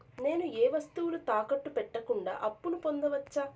నేను ఏ వస్తువులు తాకట్టు పెట్టకుండా అప్పును పొందవచ్చా?